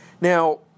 Now